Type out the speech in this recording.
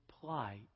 plight